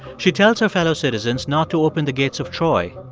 she tells her fellow citizens not to open the gates of troy.